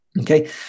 okay